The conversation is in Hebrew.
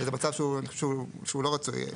וזה מצב שהוא לא רצוי.